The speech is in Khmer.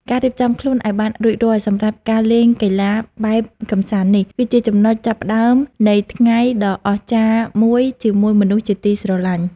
ការរៀបចំខ្លួនឱ្យបានរួចរាល់សម្រាប់ការលេងកីឡាបែបកម្សាន្តនេះ គឺជាចំណុចចាប់ផ្ដើមនៃថ្ងៃដ៏អស្ចារ្យមួយជាមួយមនុស្សជាទីស្រឡាញ់។